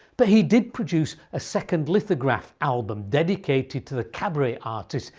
but he did produce a second lithograph album dedicated to the cabaret artist,